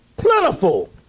plentiful